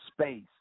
space